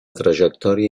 trajectòria